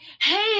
hey